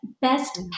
best